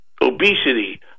obesity